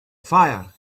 fire